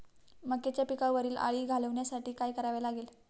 मक्याच्या पिकावरील अळी घालवण्यासाठी काय करावे लागेल?